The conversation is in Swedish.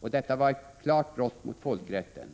Detta var ett klart brott mot folkrätten.